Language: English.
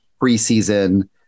preseason